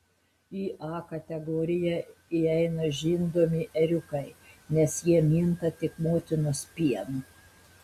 į a kategoriją įeina žindomi ėriukai nes jie minta tik motinos pienu